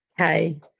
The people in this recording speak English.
Okay